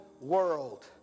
world